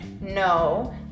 No